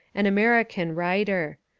an american writer.